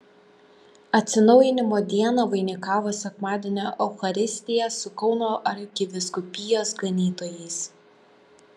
atsinaujinimo dieną vainikavo sekmadienio eucharistija su kauno arkivyskupijos ganytojais